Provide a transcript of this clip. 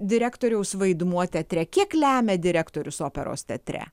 direktoriaus vaidmuo teatre kiek lemia direktorius operos teatre